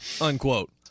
unquote